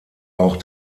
auch